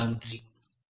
13